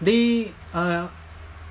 they are